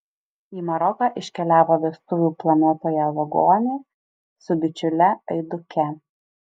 į maroką iškeliavo vestuvių planuotoja vagonė su bičiule aiduke